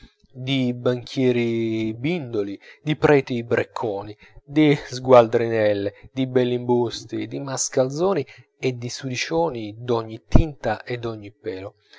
di banchieri bindoli di preti bricconi di sgualdrinelle di bellimbusti di mascalzoni e di sudicioni d'ogni tinta e d'ogni pelo